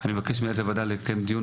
אני מבקש ממנהלת הוועדה לקיים דיון